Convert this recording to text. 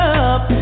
up